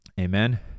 Amen